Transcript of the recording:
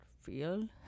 feel